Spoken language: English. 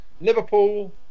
Liverpool